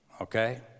Okay